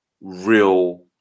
real